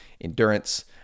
endurance